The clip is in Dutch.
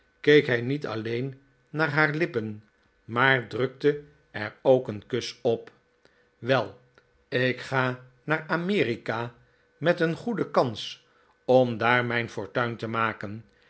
keek hij niet alleen naar haar lippen maar drukte er ook een kus op wel ik ga naar amerika met een goede kans om daar mijn fortuin te maken